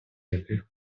яких